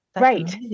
right